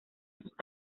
sus